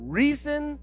reason